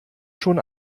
schon